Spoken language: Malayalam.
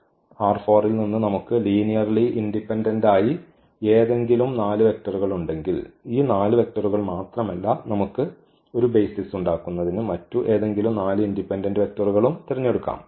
അതിനാൽ ൽ നിന്ന് നമുക്ക് ലീനിയർലി ഇൻഡിപെൻഡന്റായി ഏതെങ്കിലും 4 വെക്റ്ററുകൾ ഉണ്ടെങ്കിൽ ഈ 4 വെക്റ്ററുകൾ മാത്രമല്ല നമുക്ക് ഒരു ബെയ്സിസ് ഉണ്ടാക്കുന്നതിന് മറ്റു ഏതെങ്കിലും 4 ഇൻഡിപെൻഡന്റ് വെക്റ്ററുകളും തിരഞ്ഞെടുക്കാം